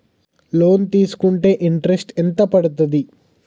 Loan తీస్కుంటే interest ఎంత పడ్తది?